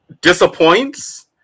disappoints